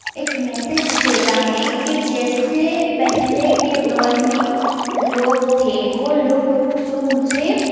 ایک میسج دیتا ہے کہ جیسے پہلے کے دور میں لوگ تھے وہ لوگ جو مجھے